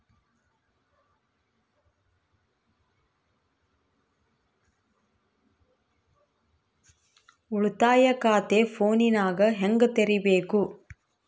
ಉಳಿತಾಯ ಖಾತೆ ಫೋನಿನಾಗ ಹೆಂಗ ತೆರಿಬೇಕು?